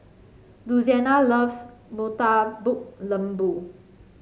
Louisiana loves Murtabak Lembu